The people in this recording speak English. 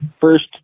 first